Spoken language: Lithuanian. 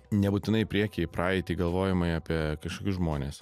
nebūtinai į priekį į praeitį galvojimai apie kažkokius žmones